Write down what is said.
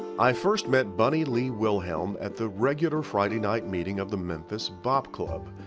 i first met bunny lee wilhelm at the regular friday night meeting of the memphis bop club.